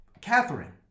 Catherine